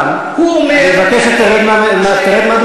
תחזור על מה שאמרת.